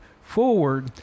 forward